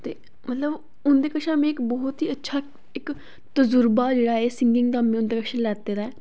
ते मतलब उंदे कशा मीं इक बहुत ही अच्छा इक तजुर्बा जेह्ड़ा ऐ सिंगिंग दा में उंदे कशा लैते दा ऐ